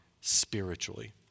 spiritually